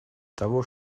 того